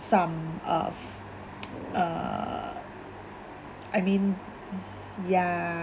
some of uh I mean ya